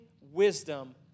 wisdom